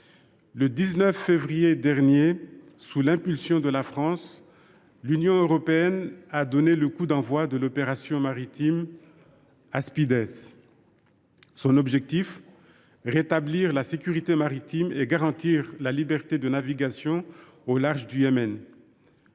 Le 19 février dernier, sous l’impulsion de la France, l’Union européenne a donné le coup d’envoi de l’opération maritime Aspides, dont l’objectif est de rétablir la sécurité maritime et de garantir la liberté de navigation au large du Yémen.